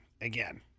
again